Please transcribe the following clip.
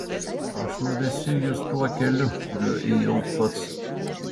aš nuvesiu jus tuo keliu kuriuo ėjau pats